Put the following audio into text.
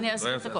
אני אסביר את הכול.